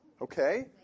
Okay